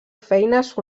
feines